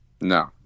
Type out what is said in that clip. no